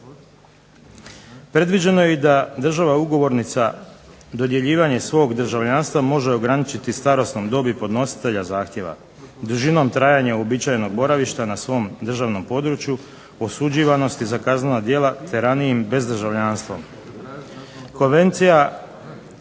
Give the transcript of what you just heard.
Predviđeno je i da država ugovornica dodjeljivanje svog državljanstva može ograničiti starosnom dobi podnositelja zahtjeva dužinom trajanja uobičajenog boravišta na svom državnom području, osuđivanosti za kaznena djela te ranijim bezdržavljanstvom.